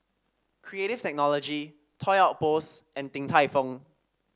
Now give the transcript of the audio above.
Creative Technology Toy Outpost and Din Tai Fung